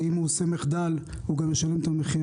אם הוא עושה מחדל, הוא גם ישלם את המחיר.